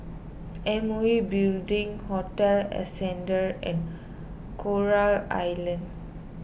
M O E Building Hotel Ascendere and Coral Island